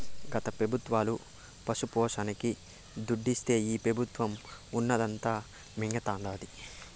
గత పెబుత్వాలు పశుపోషణకి దుడ్డిస్తే ఈ పెబుత్వం ఉన్నదంతా మింగతండాది